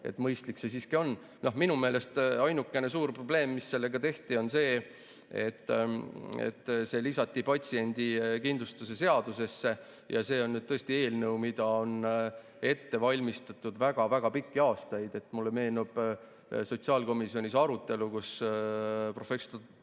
et mõistlik see siiski on. Minu meelest ainuke suur probleem, mis sellega tekitati, on see, et see lisati patsiendikindlustuse seadusesse. See on tõesti eelnõu, mida on ette valmistatud väga-väga pikki aastaid. Mulle meenub sotsiaalkomisjoni arutelu, kus professor